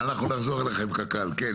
קק"ל, נחזור אליכם.